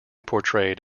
portrayed